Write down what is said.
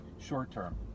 short-term